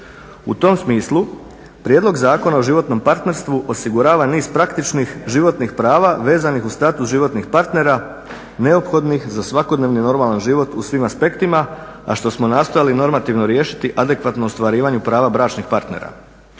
U tom smislu Prijedlog zakona o životnom partnerstvu osigurava niz praktičnih životnih prava vezanih uz status životnih partnera neophodnih za svakodnevni normalan život u svim aspektima, a što smo nastojali normativno riješiti adekvatno ostvarivanju prava bračnih partnera.